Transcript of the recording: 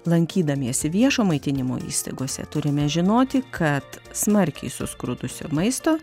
lankydamiesi viešo maitinimo įstaigose turime žinoti kad smarkiai suskrudusio maisto